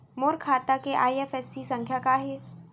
मोर खाता के आई.एफ.एस.सी संख्या का हे?